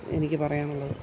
എനിക്ക് പറയാനുള്ളത്